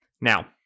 Now